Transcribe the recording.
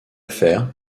faire